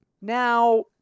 Now